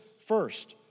first